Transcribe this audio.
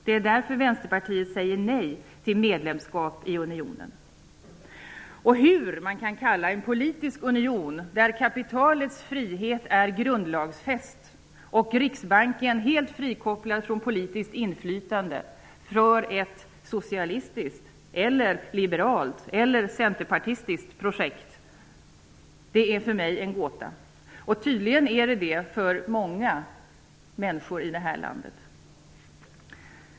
Det är därför Vänsterpartiet säger nej till medlemskap i unionen. Hur man kan kalla en politisk union där kapitalets frihet är grundlagsfäst och Riksbanken helt frikopplad från politiskt inflytande för ett socialistiskt, liberalt eller centerpartistiskt projekt är för mig en gåta. Och tydligen är det också det för många människor i det här landet.